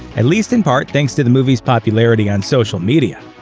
at least in part thanks to the movie's popularity on social media.